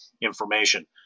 information